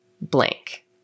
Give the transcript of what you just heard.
blank